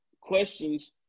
questions